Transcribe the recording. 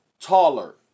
taller